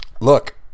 Look